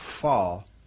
fall